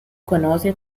conoce